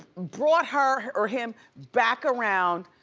brought her, or him, back around.